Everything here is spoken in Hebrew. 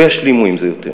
לא ישלימו עם זה יותר.